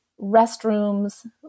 restrooms